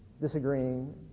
disagreeing